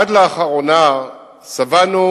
עד לאחרונה שבענו